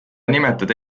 nimetada